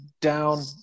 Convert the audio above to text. down